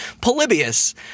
Polybius